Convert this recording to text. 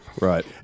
Right